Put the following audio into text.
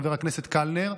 חבר הכנסת קלנר.